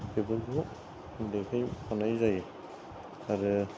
बेफोरखौबो देखायफानाय जायो आरो